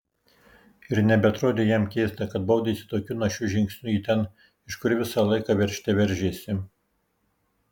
ir nebeatrodė jam keista kad baudėsi tokiu našiu žingsniu į ten iš kur visą laiką veržte veržėsi